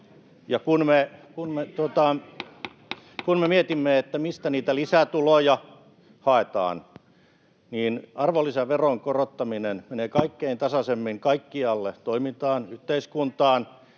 Kun me mietimme, mistä niitä lisätuloja haetaan, niin arvonlisäveron korottaminen menee kaikkein tasaisimmin kaikkialle toimintaan yhteiskuntaan